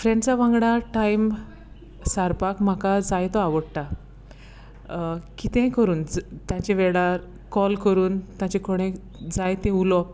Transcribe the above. फ्रेंड्सा वांगडा टायम सारपाक म्हाका जायतो आवडटा कितेंय करून तांचे वेडार कॉल करून तांचे कडेन जायतें उलोप